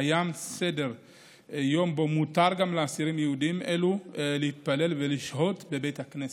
קיים סדר-יום שבו מותר גם לאסירים יהודים אלו להתפלל ולשהות בבית הכנסת,